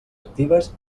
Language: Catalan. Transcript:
actives